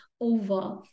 over